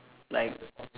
like